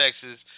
Texas